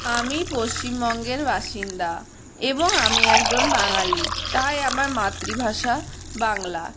আমি পশ্চিমবঙ্গের বাসিন্দা এবং আমি একজন বাঙালি তাই আমার মাতৃভাষা বাংলা